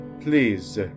please